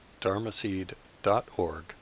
dharmaseed.org